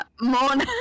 Morn